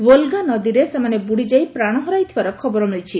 Volga ନଦୀରେ ସେମାନେ ବୁଡ଼ିଯାଇ ପ୍ରାଣହରାଇଥିବାର ଖବର ମିଳିଛି